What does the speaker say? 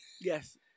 Yes